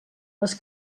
les